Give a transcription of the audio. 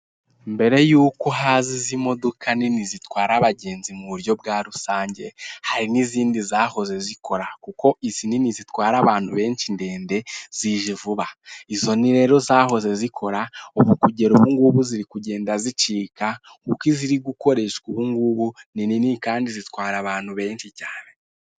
Mbere yuko haza izi modoka nini zitwara abagenzi mu buryo bwa rusange, hari n'izindi zahoze zikora, kuko izi nini zitwara abantu benshi ndende, zije vuba. Izo rero zahoze zikora, ubu kugera ubu ngubu ziri kugenda zicika, kuko iziri gukoreshwa ubu ngubu, ni nini kandi zitwara abantu benshi cyane.